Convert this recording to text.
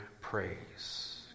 praise